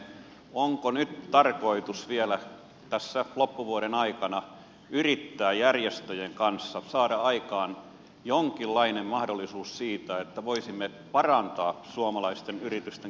onko nyt tarkoitus vielä tässä loppuvuoden aikana yrittää järjestöjen kanssa saada aikaan jonkinlainen mahdollisuus siihen että voisimme parantaa suomalaisten yritysten kilpailukykyä